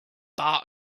bar